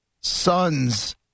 sons